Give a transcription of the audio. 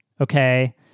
okay